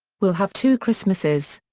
we'll have two christmases'.